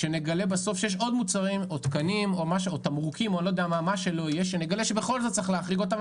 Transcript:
שנגלה בסוף שיש עוד מוצרים או תקנים או תמרוקים שצריך להחריג אותם,